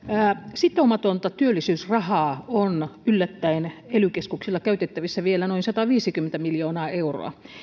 sitomatonta työllisyysrahaa on yllättäen ely keskuksilla käytettävissä vielä noin sataviisikymmentä miljoonaa euroa